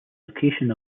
location